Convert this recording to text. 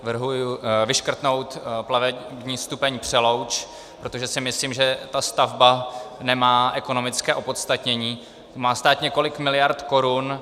Navrhuji vyškrtnout plavební stupeň Přelouč, protože si myslím, že ta stavba nemá ekonomické opodstatnění, má stát několik miliard korun.